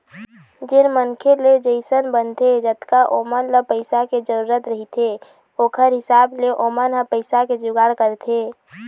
जेन मनखे ले जइसन बनथे जतका ओमन ल पइसा के जरुरत रहिथे ओखर हिसाब ले ओमन ह पइसा के जुगाड़ करथे